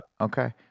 Okay